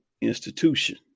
institution